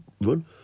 run